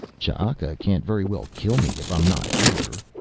ch'aka can't very well kill me if i'm not here.